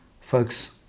Folks